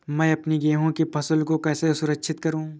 मैं अपनी गेहूँ की फसल को कैसे सुरक्षित करूँ?